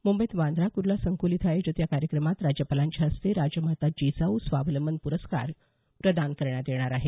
मुंबईत वांद्रा कुर्ला संकुल इथं आयोजित या कार्यक्रमात राज्यपालांच्या हस्ते राजमाता जिजाऊ स्वावलंबन प्रस्कार प्रदान करण्यात येणार आहेत